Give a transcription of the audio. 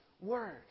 word